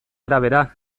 arabera